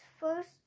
first